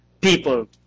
people